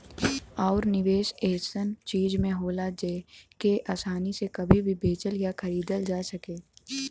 आउर निवेस ऐसन चीज में होला जेके आसानी से कभी भी बेचल या खरीदल जा सके